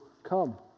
Come